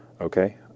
Okay